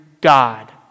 God